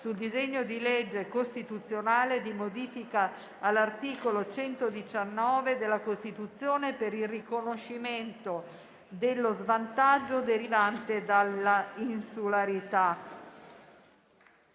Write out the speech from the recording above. sul disegno di legge costituzionale di modifica all'articolo 119 della Costituzione per il riconoscimento dello svantaggio derivante dall'insularità.